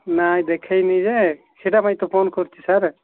ନାଇଁ ଦେଖେଇନି ଯେ ସେଇଟା ପାଇଁ ତ ଫୋନ୍ କରିଛି ସାର୍